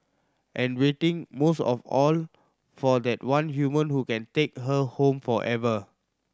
and waiting most of all for that one human who can take her home forever